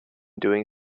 doing